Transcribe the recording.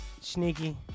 Sneaky